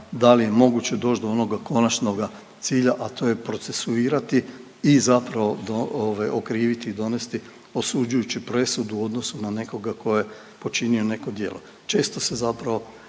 da li je moguće doći do onoga konačnoga cilja, a to je procesuirati i zapravo ovaj, okriviti i donesti osuđujuću presudu i u odnosu na nekoga tko je počinio neko djelo. Često se zapravo,